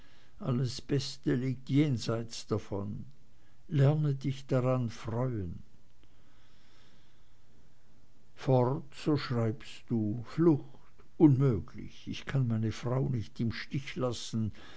alles beste liegt jenseits davon lerne dich daran freuen fort so schreibst du flucht unmöglich ich kann meine frau nicht im stich lassen